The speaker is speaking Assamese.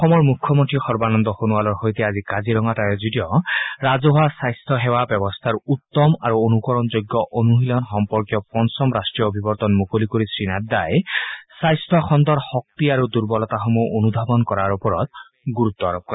অসমৰ মুখ্যমন্ত্ৰী সৰ্বানন্দ সোণোৱালৰ সৈতে আজি কাজিৰঙাত আয়োজিত ৰাজহুৱা স্বাস্থ্য সেৱা ব্যৱস্থাৰ উত্তম আৰু অনুকৰণযোগ্য অনুশীলন সম্পৰ্কীয় পঞ্চম ৰাষ্ট্ৰীয় অভিৱৰ্তন মুকলি কৰি শ্ৰী নাড্ডাই স্বাস্থ্য খণ্ডৰ শক্তি আৰু দুৰ্বলতাসমূহ অনুধাৱন কৰাৰ ওপৰত গুৰুত্ব আৰোপ কৰে